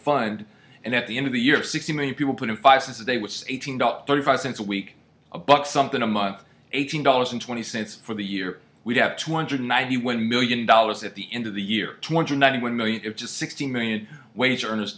fund and at the end of the year sixty million people put in five cents a day was eighteen dollars thirty five cents a week a buck something a month eighteen dollars and twenty cents for the year we have two hundred ninety one million dollars at the end of the year two hundred ninety one million just sixty million wage earners